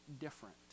different